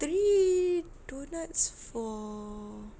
three doughnuts for